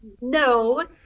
No